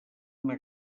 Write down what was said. una